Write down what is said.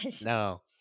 No